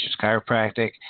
Chiropractic